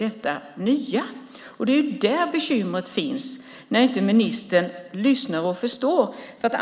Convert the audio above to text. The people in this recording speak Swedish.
Det är där bekymret finns när ministern inte lyssnar och förstår.